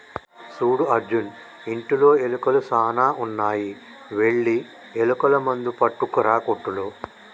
సూడు అర్జున్ ఇంటిలో ఎలుకలు సాన ఉన్నాయి వెళ్లి ఎలుకల మందు పట్టుకురా కోట్టులో